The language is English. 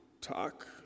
talk